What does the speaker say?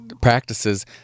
practices